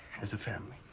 as a family.